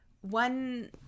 one